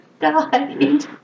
died